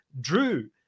Drew